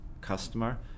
customer